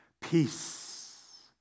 Peace